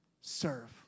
serve